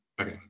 Okay